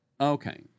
Okay